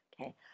okay